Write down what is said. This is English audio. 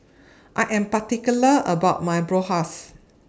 I Am particular about My Bratwurst